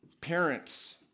Parents